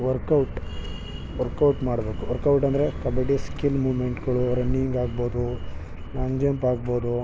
workout workout ಮಾಡಬೇಕು workout ಅಂದರೆ kabaddi skill ಮೂಮೆಂಟ್ಗಳು ರನ್ನಿಂಗ್ ಆಗ್ಬೋದು ಲಾಂಗ್ ಜಂಪ್ ಆಗ್ಬೋದು